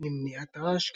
למניעת רעש,